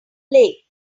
lake